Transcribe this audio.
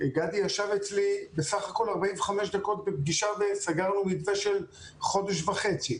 גדי ישב אצלי בסך הכל 45 דקות בפגישה וסגרנו מתווה של חודש וחצי.